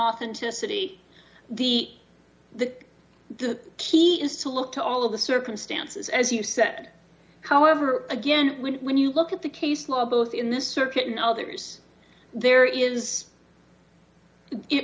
authenticity the the the key is to look at all of the circumstances as you said however again when you look at the case law both in the circuit and others there is